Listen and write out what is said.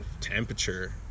temperature